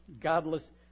godless